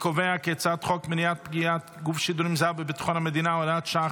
הצעת חוק מניעת פגיעת גוף שידורים זר בביטחון המדינה (הוראת שעה,